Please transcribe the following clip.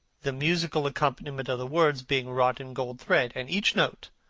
the musical accompaniment of the words being wrought in gold thread, and each note,